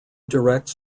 directs